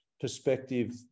perspective